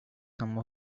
some